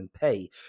pay